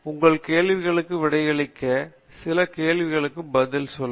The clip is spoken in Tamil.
உங்கள் கேள்விகளுக்கு விடையளிக்க சில கேள்விகளுக்கு பதில் சொல்ல